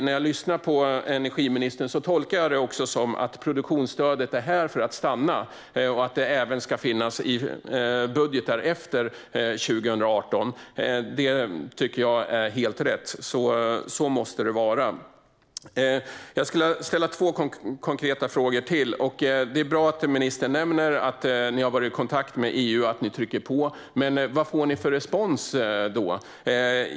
När jag lyssnar på energiministern tolkar jag det som att produktionsstödet är här för att stanna och att det även ska finnas i budgetar efter 2018. Det tycker jag är helt rätt; så måste det vara. Jag skulle vilja ställa ytterligare två konkreta frågor. Det är bra att ministern nämner att ni har varit i kontakt med EU och att ni trycker på. Men vad får ni för respons?